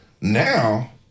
now